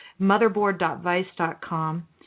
motherboard.vice.com